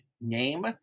name